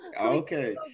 Okay